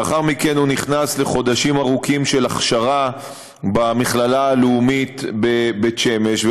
לאחר מכן הוא נכנס לחודשים ארוכים של הכשרה במכללה הלאומית בבית שמש.